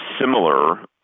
similar